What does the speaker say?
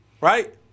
right